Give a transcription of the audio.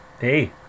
hey